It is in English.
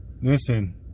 Listen